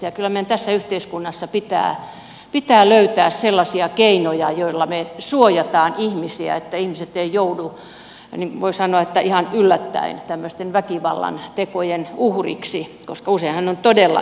kyllä meidän tässä yhteiskunnassa pitää löytää sellaisia keinoja joilla me suojaamme ihmisiä että ihmiset eivät joudu voi sanoa että ihan yllättäen tämmöisten väkivallantekojen uhriksi koska useinhan ne ovat todella yllättäviä